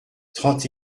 trente